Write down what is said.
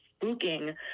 spooking